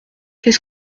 qu’est